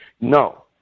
No